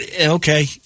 okay